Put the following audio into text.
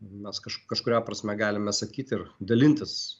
mes kaž kažkuria prasme galime sakyti ir dalintis